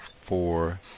four